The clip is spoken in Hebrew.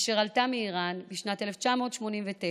אשר עלתה מאיראן בשנת 1989,